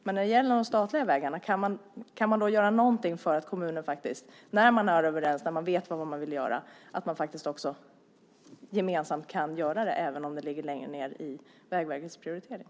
Men när det gäller de statliga vägarna - kan man göra något för att kommunerna, när man är överens och när man vet vad man vill göra, faktiskt också gemensamt kan göra detta även om det ligger längre ned i Vägverkets prioritering?